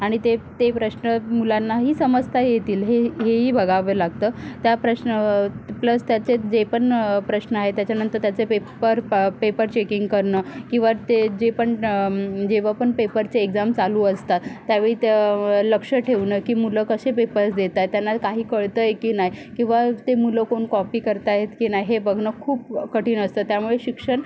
आणि ते ते प्रश्न मुलांनाही समजता येतील हे हेही बघावं लागतं त्या प्रश्न प्लस त्याच्यात जे पण प्रश्न आहेत त्याच्यानंतर त्याचे पेपर प पेपर चेकिंग करणं किंवा ते जे पण जेवा पण पेपरचे एक्जाम चालू असतात त्या वेळी त्या लक्ष ठेवणं की मुलं कसे पेपर्स देत आहेत त्यांना काही कळतं की नाही किंवा ते मुलं कोण कॉपी करत आहेत की नाही हे बघणं खूप कठीण असतं त्यामुळे शिक्षण